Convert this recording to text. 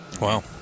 Wow